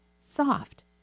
soft